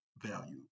value